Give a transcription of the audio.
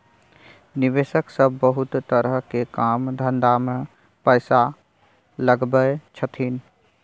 निवेशक सब बहुते तरह के काम धंधा में पैसा लगबै छथिन